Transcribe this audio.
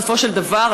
בסופו של דבר,